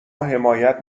حمایت